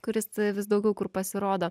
kuris vis daugiau kur pasirodo